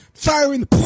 Firing